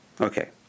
Okay